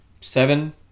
seven